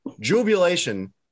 jubilation